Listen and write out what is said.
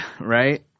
right